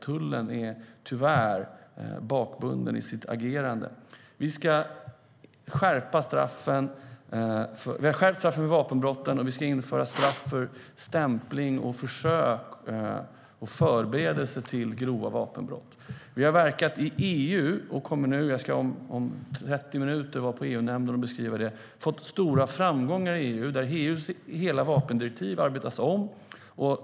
Tullen är alltså tyvärr bakbunden i sitt agerande. Vi har skärpt straffen för vapenbrotten, och vi ska införa straffen för stämpling, försök till och förberedelse av grova vapenbrott. Jag ska om 30 minuter vara i EU-nämnden och beskriva hur vi har verkat i EU och fått stora framgångar så att hela vapendirektivet arbetas om.